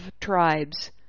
tribes